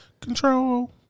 Control